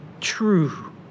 true